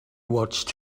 watched